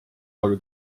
aga